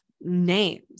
names